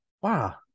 Wow